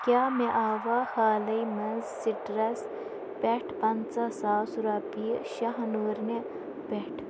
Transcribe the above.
کیٛاہ مےٚ آوا حالَے منٛز سِٹرٛس پٮ۪ٹھ پنٛژاہ ساس رۄپیہِ شاہنوٗرنہِ پٮ۪ٹھ